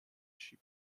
she